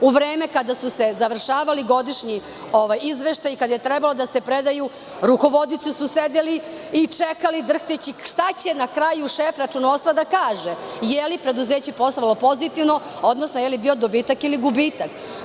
U vreme kada su se završavali godišnji izveštaji, kada je trebalo da se predaju rukovodioci su sedeli i čekali drhteći šta će na kraju šef računovodstva da kaže – je li preduzeće poslovalo pozitivno, odnosno je li bilo dobitak i gubitak?